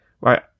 Right